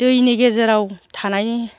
दैनि गेजेराव थानायनि